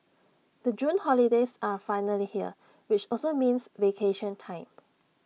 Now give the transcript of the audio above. the June holidays are finally here which also means vacation time